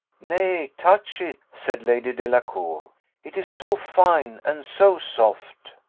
nay, touch it, said lady delacour it is so fine and so soft.